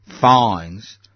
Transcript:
fines